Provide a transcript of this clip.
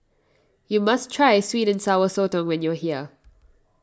you must try Sweet and Sour Sotong when you are here